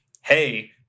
hey